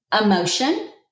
emotion